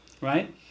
Right